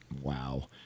Wow